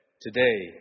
today